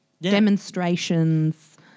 demonstrations